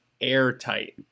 airtight